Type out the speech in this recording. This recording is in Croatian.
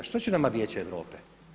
Što će nama Vijeće Europe?